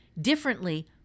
differently